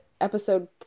episode